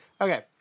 okay